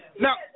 Now